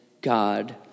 God